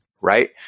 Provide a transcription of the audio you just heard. right